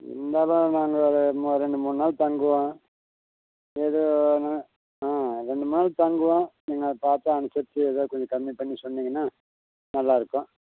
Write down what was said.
சும்மா தான் நாங்கள் ஒரு மூ ரெண்டு மூணு நாள் தங்குவோம் ஏதோ ஒரு நாள் ஆ ரெண்டு மூணு நாள் தங்குவோம் நீங்கள் அதை பார்த்து அனுசரித்து ஏதோ கொஞ்சம் கம்மி பண்ணி சொன்னிங்கனால் நல்லாயிருக்கும்